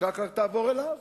הקרקע תעבור אליו.